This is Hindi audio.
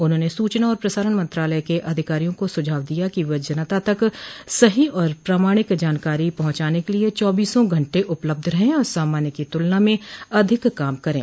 उन्होंने सूचना और प्रसारण मंत्रालय के अधिकारियों को सुझाव दिया कि वे जनता तक सही और प्रामाणिक जानकारी पहुंचाने के लिए चौबीसों घंटे उपलब्ध रहें और सामान्य की तुलना में अधिक काम करें